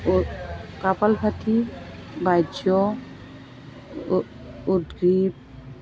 couple ভাাটি বাজ্য উদগ্ৰীৱ